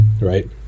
right